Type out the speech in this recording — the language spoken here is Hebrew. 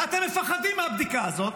ואתם מפחדים מהבדיקה הזאת,